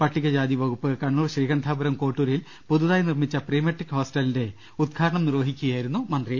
പട്ടിക ജാതി വകുപ്പ് കണ്ണൂർ ശ്രീകണ്ഠാപുരം കോട്ടൂരിൽ പുതുതായി നിർമ്മിച്ച പ്രീമെട്രി ക് ഹോസ്റ്റലിന്റെ ഉദ്ഘാടനം നിർവഹിച്ച് സംസാരിക്കുകയായിരുന്നു അദ്ദേ ഹം